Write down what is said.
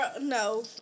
no